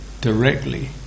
Directly